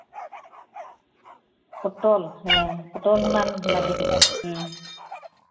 ᱯᱚᱴᱚᱞ ᱦᱮᱸ ᱯᱚᱴᱚᱞ ᱢᱟᱧ ᱞᱟᱫᱮ ᱠᱮᱫᱟ ᱦᱮᱸ